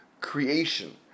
creation